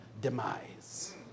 demise